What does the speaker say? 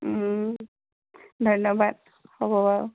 ধন্যবাদ হ'ব বাৰু